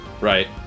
right